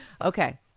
Okay